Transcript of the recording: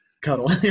Cuddle